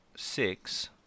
six